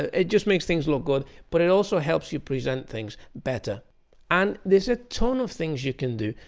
ah it just makes things look good but it also helps you present things better and there's a ton of things you can do.